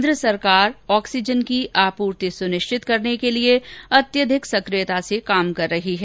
केंद्र सरकार ऑक्सीजन की आपूर्ति सुनिश्चित करने के लिए अत्यधिक सक्रियता से कदम उठा रही है